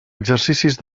exercicis